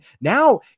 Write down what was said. now